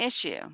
issue